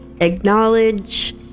acknowledge